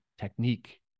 technique